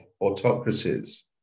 autocracies